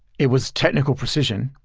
it was technical precision,